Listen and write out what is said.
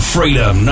Freedom